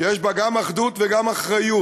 שיש בה גם אחדות וגם אחריות.